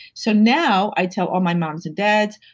so now, i tell all my moms and dads,